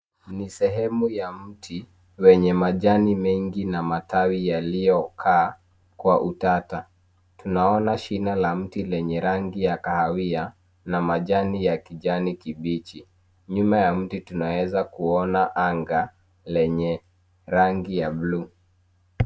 Ni sehemu ya miti wenye majani mengi na matawi yaliyokaa kwa utata tunaona shina la mti lenye rangi ya kahawia na majani ya kijani kibichi nyuma ya mti tunaeza kuona anga lenye rangi ya buluu